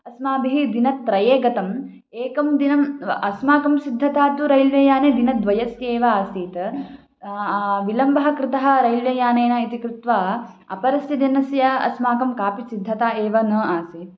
अस्माभिः दिनत्रये गतम् एकं दिनं अस्माकं सिद्धता तु रैल्वे याने दिनद्वयस्यैव आसीत् विलम्बः कृतः रैल्वे यानेन इति कृत्वा अपरस्य दिनस्य अस्माकं कापि सिद्धता एव न आसीत्